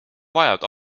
vajavad